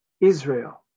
Israel